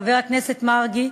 חבר הכנסת מרגי,